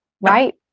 right